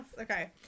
Okay